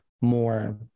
more